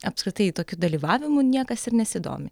apskritai tokiu dalyvavimu niekas ir nesidomi